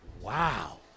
wow